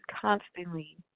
constantly